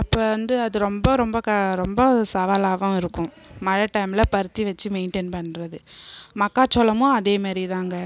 அப்போ வந்து அது ரொம்ப ரொம்ப க ரொம்ப சவாலாகவும் இருக்கும் மழை டைமில் பருத்தி வச்சு மெயின்டைன் பண்ணுறது மக்காச்சோளோமும் அதேமாரிதாங்க